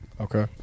Okay